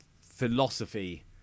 philosophy